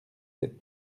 sept